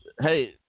Hey